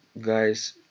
guys